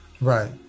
Right